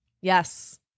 Yes